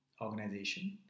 organization